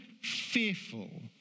fearful